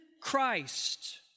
Christ